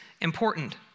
important